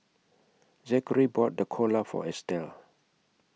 Zakary bought Dhokla For Estelle